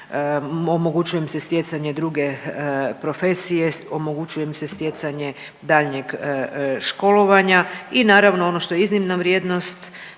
omogućuje im se stjecanje druge profesije, omogućuje im se stjecanje daljnjeg školovanja i naravno ono što je iznimna vrijednost